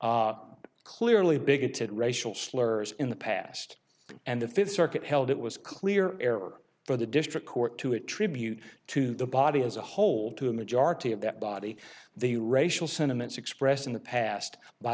clearly bigoted racial slurs in the past and the fifth circuit held it was clear error for the district court to attribute to the body as a whole to a majority of that body the racial sentiments expressed in the pas